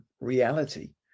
reality